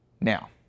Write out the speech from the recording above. now